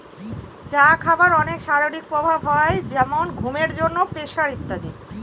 চা খাবার অনেক শারীরিক প্রভাব হয় যেমন ঘুমের জন্য, প্রেসার ইত্যাদি